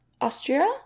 Austria